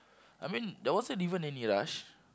I mean there wasn't even any rush